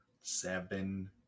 Seven